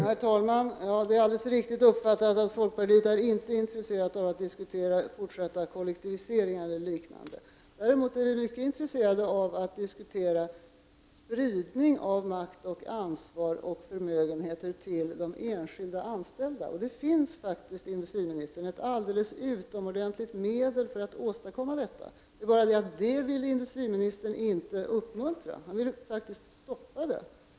Herr talman! Det är alldeles riktigt uppfattat att folkpartiet inte är intresserat av att diskutera fortsatta kollektiviseringar. Däremot är vi mycket intresserade av att diskutera spridning av makt, ansvar och förmögenheter till de enskilda anställda. Det finns, industriministern, att alldeles utmärkt medel för att åstadkomma detta, men industriministern vill inte uppmuntra användningen härav, utan han vill faktiskt stoppa det.